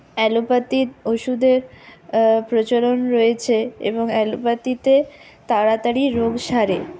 অ্যালোপ্যাথির ওষুধের প্রচলন রয়েছে এবং অ্যালোপ্যাথিতে তাড়াতাড়ি রোগ সারে